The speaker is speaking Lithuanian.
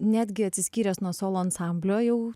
netgi atsiskyręs nuo solo ansamblio jau